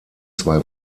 zwei